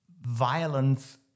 violence